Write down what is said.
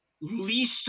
least